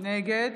נגד